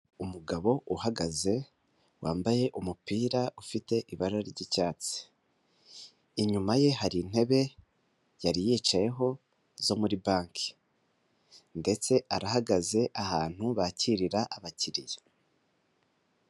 Umugabo uhagaze wambaye umupira ufite ibara ry'icyatsi, inyuma ye hari intebe yari yicayeho zo muri banki, ndetse arahagaze ahantu bakirira abakiriya.